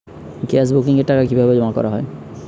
Gas বুকিংয়ের টাকা কিভাবে জমা করা হয়?